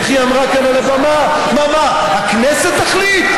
איך היא אמרה כאן על הבמה: מה, הכנסת תחליט?